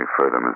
further